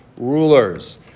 rulers